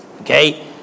Okay